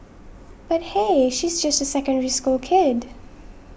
but hey she's just a Secondary School kid